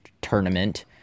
tournament